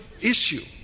issue